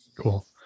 Cool